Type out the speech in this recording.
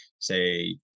say